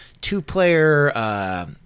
two-player